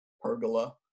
pergola